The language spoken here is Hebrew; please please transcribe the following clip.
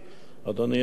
אדוני היושב-ראש,